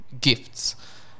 gifts